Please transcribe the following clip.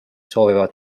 soovivad